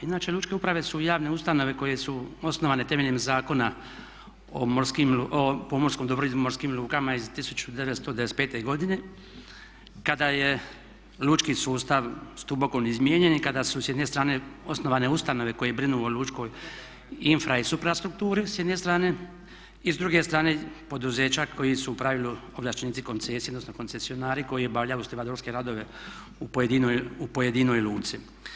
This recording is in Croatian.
Inače lučke uprave su javne ustanove koje su osnovane temeljem Zakona o morskim, pomorskom dobru i morskim lukama iz 1995.godine kada je lučki sustav duboko izmijenjen i kada su s jedne strane osnovane ustanove koje brinu o lučkoj infra i supra strukturi s jedne strane i s druge strane poduzeća koja su u pravilu ovlaštenici koncesija odnosno koncesionari koji obavljaju … radove u pojedinoj luci.